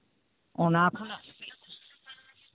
ᱚᱱᱟ